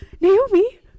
Naomi